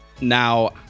Now